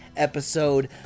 Episode